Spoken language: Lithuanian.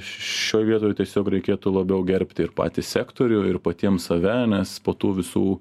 šioj vietoj tiesiog reikėtų labiau gerbti ir patį sektorių ir patiem save nes po tų visų